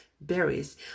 berries